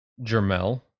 Jermel